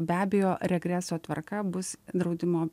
be abejo regreso tvarka bus draudimo